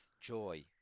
joy